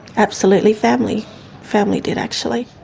absolutely. family family did actually.